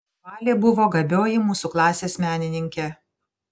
valė buvo gabioji mūsų klasės menininkė